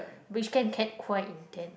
which can get quite intense